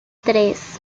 tres